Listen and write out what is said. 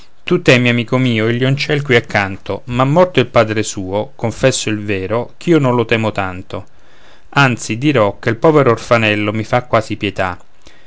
tu temi amico il lioncel qui accanto ma morto il padre suo confesso il vero ch'io non lo temo tanto anzi dirò che il povero orfanello mi fa quasi pietà